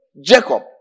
Jacob